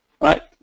right